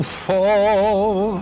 fall